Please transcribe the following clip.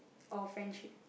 or friendship